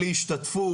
בלי השתתפות,